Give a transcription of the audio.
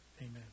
Amen